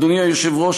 אדוני היושב-ראש,